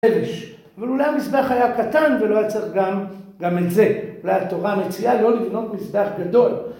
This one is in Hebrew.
אבל אולי המזבח היה קטן ולא היה צריך גם את זה, אולי התורה מציעה לא לבנות מזבח גדול.